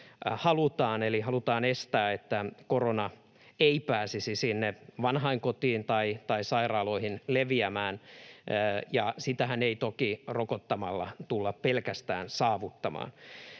halutaan estää, että korona ei pääsisi sinne vanhainkotiin tai sairaaloihin leviämään, ja sitähän ei toki pelkästään rokottamalla tulla saavuttamaan.